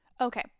Okay